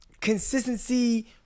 consistency